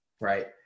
right